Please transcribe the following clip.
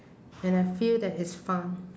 and I feel that it's fun